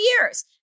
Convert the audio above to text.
years